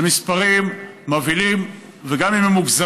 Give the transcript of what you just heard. אלה מספרים מבהילים, וגם אם הם מוגזמים,